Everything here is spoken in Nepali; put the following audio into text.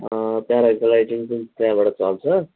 अँ प्याराग्लाइडिङ पनि त्यहाँबाट चल्छ